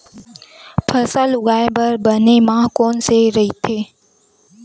फसल उगाये बर बने माह कोन से राइथे?